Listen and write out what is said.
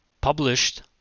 published